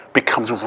becomes